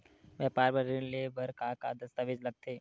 व्यापार बर ऋण ले बर का का दस्तावेज लगथे?